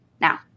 now